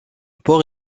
porc